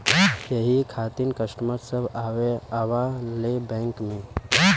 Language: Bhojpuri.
यही खातिन कस्टमर सब आवा ले बैंक मे?